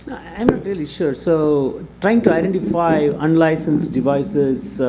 i'm not really sure. so trying to identify unlicensed devices